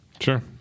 Sure